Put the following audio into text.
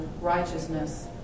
righteousness